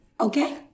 Okay